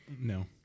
no